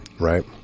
right